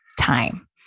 time